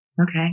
Okay